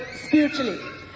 spiritually